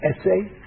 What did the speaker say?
essay